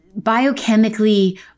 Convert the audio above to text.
Biochemically